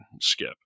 Skip